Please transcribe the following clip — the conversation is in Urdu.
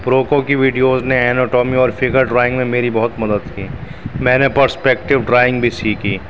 پروکو کی ویڈیوز نے اینوٹمی اور فگر ڈرائنگ میں میری بہت مدد کی میں نے پرسپیکٹیو ڈرائنگ بھی سیکھی